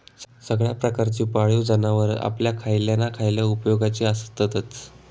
सगळ्या प्रकारची पाळीव जनावरां आपल्या खयल्या ना खयल्या उपेगाची आसततच